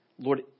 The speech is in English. Lord